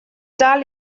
dal